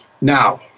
Now